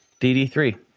DD3